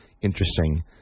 interesting